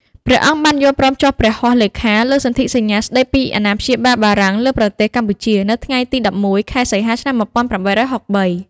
ព្រះអង្គបានយល់ព្រមចុះព្រះហស្តលេខាលើសន្ធិសញ្ញាស្តីពីអាណាព្យាបាលបារាំងលើប្រទេសកម្ពុជា នៅថ្ងៃទី ១១ ខែសីហា ឆ្នាំ ១៨៦៣។